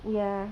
ya